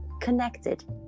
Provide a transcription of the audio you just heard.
connected